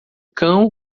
cão